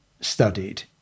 studied